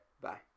Bye